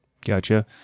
Gotcha